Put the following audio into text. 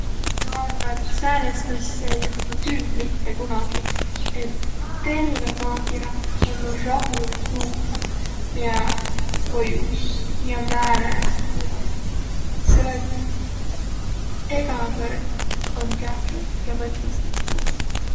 Ma arva, et säänest asja ei juhtu küll mitte kunagi, et terve maakerä olnuq rahul tuugaq, miä toimus ja määne tuu om. Selle et egä kõrd om kiäki, kiä mõtlõs tõistmuudu.